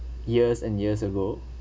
years and years ago